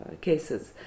cases